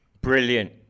Brilliant